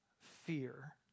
fear